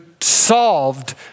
solved